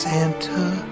Santa